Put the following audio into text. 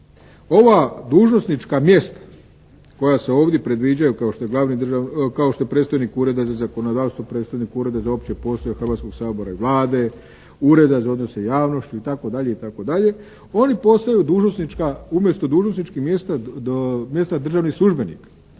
ova dužnosnika mjesta koja se ovdje predviđaju kao što je predstojnik Ureda za zakonodavstvo, predstojnik Ureda za opće poslove Hrvatskoga sabora i Vlade, Ureda za odnose s javnošću itd., oni postaju umjesto dužnosnička mjesta državni službenik.